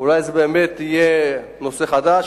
ואולי זה באמת יהיה נושא חדש,